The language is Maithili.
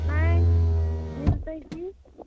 नहि मिलते की